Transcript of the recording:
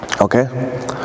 Okay